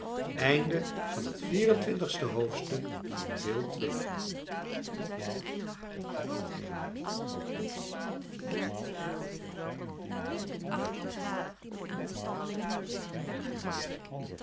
het eind van